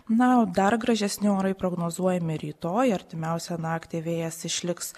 na dar gražesni orai prognozuojami rytoj artimiausią naktį vėjas išliks